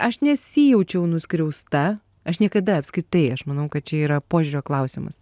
aš nesijaučiau nuskriausta aš niekada apskritai aš manau kad čia yra požiūrio klausimas